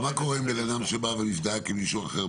מה קורה עם בן אדם שנבדק כמישהו אחר,